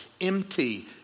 empty